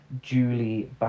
Julie